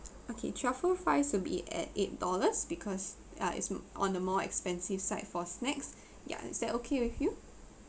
okay truffle fries will be at eight dollars because ya it's on the more expensive side for snacks ya is that okay with you